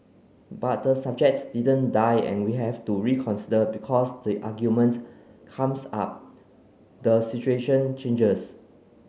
but the subject didn't die and we have to reconsider because the argument comes up the situation changes